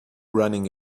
running